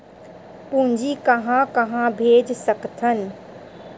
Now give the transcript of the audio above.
पूंजी कहां कहा भेज सकथन?